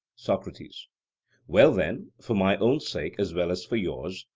socrates well then, for my own sake as well as for yours,